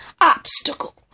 obstacle